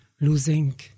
losing